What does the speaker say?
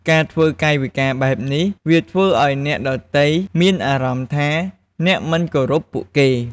ការធ្វើកាយវិការបែបនេះ វាធ្វើឲ្យអ្នកដទៃមានអារម្មណ៍ថាអ្នកមិនគោរពពួកគេ។